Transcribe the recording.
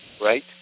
right